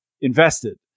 invested